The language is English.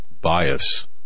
bias